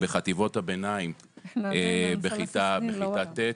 בחטיבות הביניים בכיתה ט'